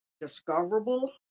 discoverable